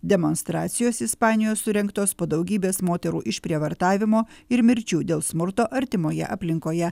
demonstracijos ispanijoj surengtos po daugybės moterų išprievartavimo ir mirčių dėl smurto artimoje aplinkoje